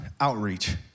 outreach